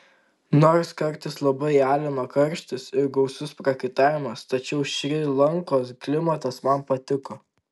nors kartais labai alino karštis ir gausus prakaitavimas tačiau šri lankos klimatas man patiko